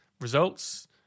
results